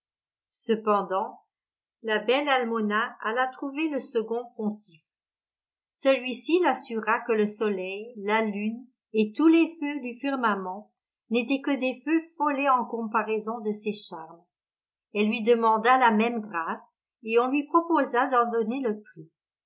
cependant la belle almona alla trouver le second pontife celui-ci l'assura que le soleil la lune et tous les feux du firmament n'étaient que des feux follets en comparaison de ses charmes elle lui demanda la même grâce et on lui proposa d'en donner le prix